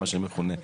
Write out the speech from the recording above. מה שמכונה.